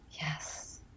Yes